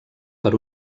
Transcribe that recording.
per